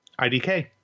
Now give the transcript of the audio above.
IDK